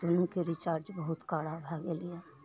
दुनूके रिचार्ज बहुत कड़ा भए गेल यऽ